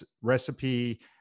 recipe